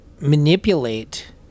manipulate